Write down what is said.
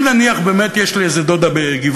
אם נניח יש לי איזה דודה בגבעתיים,